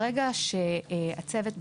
ברגע שהצוות,